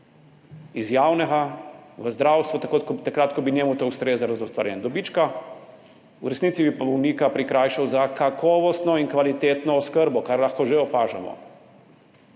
iz javnega v zasebno takrat, ko bi njemu to ustrezalo za ustvarjanje dobička, v resnici bi pa bolnika prikrajšal za kakovostno in kvalitetno oskrbo, kar lahko že opažamo.